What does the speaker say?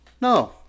No